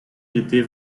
j’étais